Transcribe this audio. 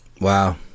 wow